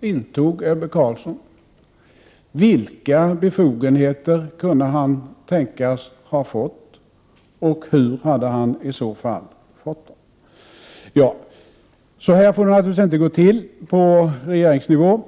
intog Ebbe Carlsson, vilka befogenheter kunde han tänkas ha fått och hur hade han i så fall fått dem? Så här får det naturligtvis inte gå till på regeringsnivå.